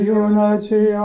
unity